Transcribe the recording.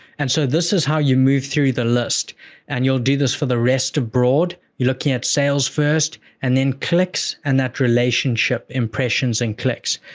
and so, this is how you move through the list and you'll do this for the rest of broad. you're looking at sales first and then clicks, and that relationship, impressions and clicks.